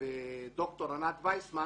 ודוקטור ענת וייסמן